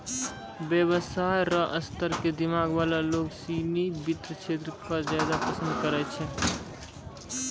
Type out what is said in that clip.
व्यवसाय र स्तर क दिमाग वाला लोग सिनी वित्त क्षेत्र क ज्यादा पसंद करै छै